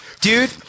Dude